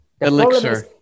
elixir